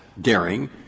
daring